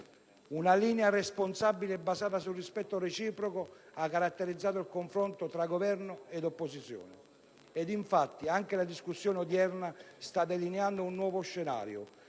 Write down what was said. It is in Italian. una linea responsabile, basata sul rispetto reciproco, ha caratterizzato il confronto tra Governo e opposizione. E infatti, anche la discussione odierna sta delineando un nuovo scenario,